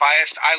biased